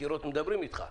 הקירות מדברים איתך.